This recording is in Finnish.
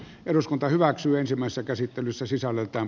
eduskunta hyväksyy ensimmäistä käsittelyssä sisällöltään